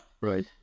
Right